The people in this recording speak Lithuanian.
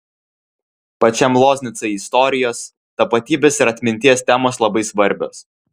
pačiam loznicai istorijos tapatybės ir atminties temos labai svarbios